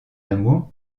amour